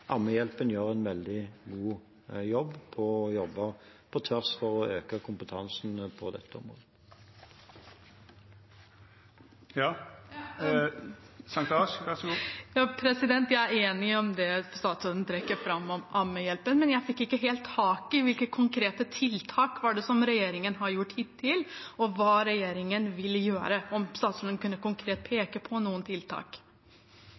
Ammehjelpen gjør en veldig god jobb med å jobbe på tvers for å øke kompetansen på dette området. Jeg er enig i det statsråden trekker fram om Ammehjelpen, men jeg fikk ikke helt tak i hvilke konkrete tiltak regjeringen har gjort hittil, og hva regjeringen vil gjøre. Kan statsråden konkret peke på noen tiltak?